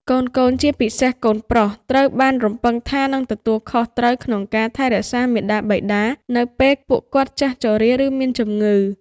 កូនៗ ជាពិសេសកូនប្រុស ត្រូវបានរំពឹងថានឹងទទួលខុសត្រូវក្នុងការថែរក្សាមាតាបិតា នៅពេលពួកគាត់ចាស់ជរា ឬមានជំងឺ។